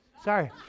sorry